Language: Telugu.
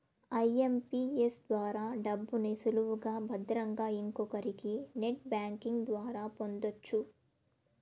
ఐఎంపీఎస్ ద్వారా డబ్బుని సులువుగా భద్రంగా ఇంకొకరికి నెట్ బ్యాంకింగ్ ద్వారా పొందొచ్చు